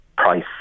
Price